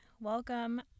welcome